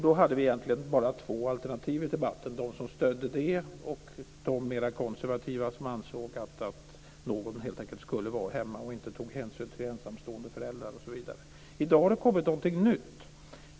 Då hade vi egentligen bara två alternativ i debatten: de som stödde detta och de mer konservativa som ansåg att någon helt enkelt skulle vara hemma, inte tog hänsyn till ensamstående föräldrar osv. I dag har det kommit någonting nytt.